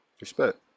Respect